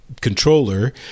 controller